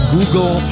Google